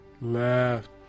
left